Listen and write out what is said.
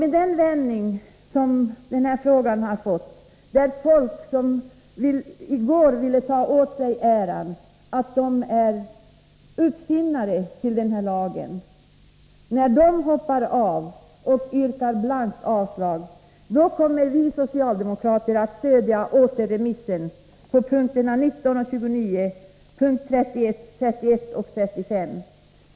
Med den vändning som den här frågan har fått, när folk som i går ville ta åt sig äran av att vara uppfinnare till ungdomslagen nu hoppar av och yrkar blankt avslag, kommer vi socialdemokrater att stödja yrkandet om återremiss på punkterna 19, 29, 31 och 35.